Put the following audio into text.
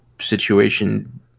situation